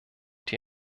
die